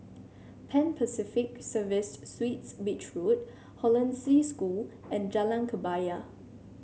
Pan Pacific Serviced Suites Beach Road Hollandse School and Jalan Kebaya